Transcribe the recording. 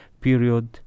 period